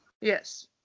yes